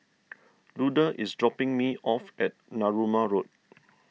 Luda is dropping me off at Narooma Road